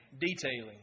detailing